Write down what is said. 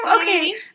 Okay